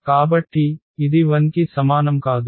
కాబట్టి ఇది 0 కి సమానం కాదు